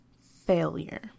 Failure